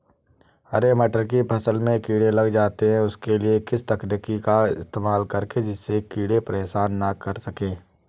हरे मटर की फसल में कीड़े लग जाते हैं उसके लिए किस तकनीक का इस्तेमाल करें जिससे कीड़े परेशान ना कर सके?